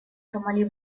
сомали